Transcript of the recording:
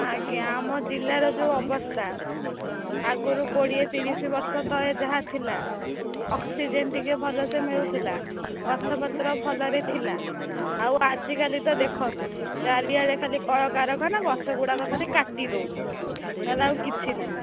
ଆଜ୍ଞା ଆମ ଜିଲ୍ଲାର ଯୋଉ ଅବସ୍ଥା ଆଗରୁ କୋଡ଼ିଏ ତିରିଶ ବର୍ଷ ତ ଯାହା ଥିଲା ଅକ୍ସିଜେନ୍ ଟିକେ ଭଲସେ ମିଳୁଥିଲା ଗଛପତ୍ର ଭଲରେ ଥିଲା ଆଉ ଆଜିକାଲି ତ ଦେଖନ୍ତୁ ଚାରିଆଡ଼େ ଖାଲି କଳକାରଖାନା ଗଛ ଗୁଡ଼ାକ ଖାଲି କାଟି ଦେଉଛନ୍ତି ନହେଲେ ଆଉ କିଛି ନାହିଁ